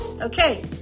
Okay